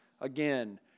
again